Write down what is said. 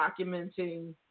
documenting